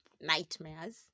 nightmares